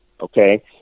Okay